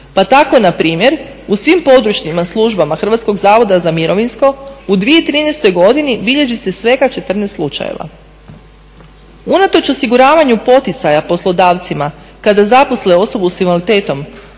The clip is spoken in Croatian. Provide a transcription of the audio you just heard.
pa tako na primjer u svim područnim službama Hrvatskog zavoda za mirovinsko u 2013. godini bilježi se svega 14 slučajeva. Unatoč osiguravanju poticaja poslodavcima kada zaposle osobu sa invaliditetom